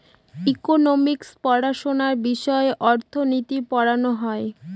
economics পড়াশোনা বিষয়ে অর্থনীতি পড়ানো হয়